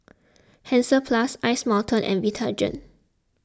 Hansaplast Ice Mountain and Vitagen